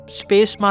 space